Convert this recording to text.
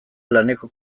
laneko